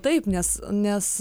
taip nes nes